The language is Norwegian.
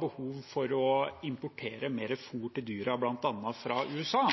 behov for å importere mer fôr til dyrene, bl.a. fra USA.